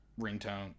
ringtone